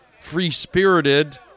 free-spirited